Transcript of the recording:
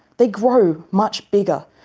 they grow much bigger,